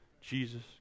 Jesus